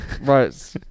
Right